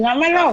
למה לא?